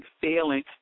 failing